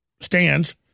stands